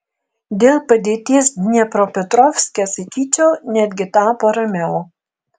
dėl padėties dniepropetrovske sakyčiau netgi tapo ramiau